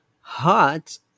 hot